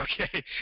okay